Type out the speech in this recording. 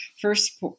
first